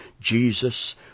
Jesus